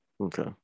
Okay